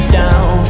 down